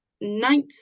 night